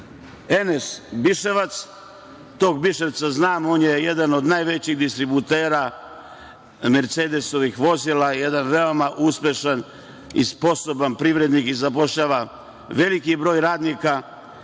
Enes Biševac. Tog Biševca znam, on je jedan od najvećih distributera mercedesovih vozila, jedan veoma uspešan i sposoban privrednik i zapošljava veliki broj radnika.